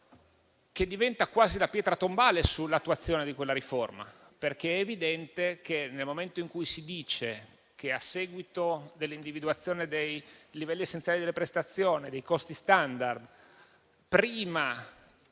che diventa quasi la pietra tombale sull'attuazione di quella riforma. È evidente infatti che, nel momento in cui si dice che a seguito dell'individuazione dei livelli essenziali delle prestazioni, dei costi *standard*, prima